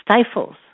stifles